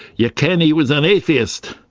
ye ken he was an atheist!